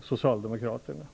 Socialdemokraterna.